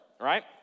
Right